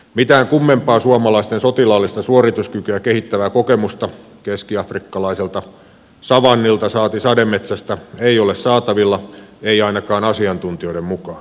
mitään kummempaa suomalaisten sotilaallista suorituskykyä kehittävää kokemusta keskiafrikkalaiselta savannilta saati sademetsästä ei ole saatavilla ei ainakaan asiantuntijoiden mukaan